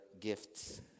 gifts